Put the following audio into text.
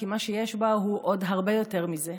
כי מה שיש בה הוא עוד הרבה יותר מזה.